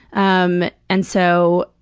um and so.